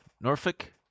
Norfolk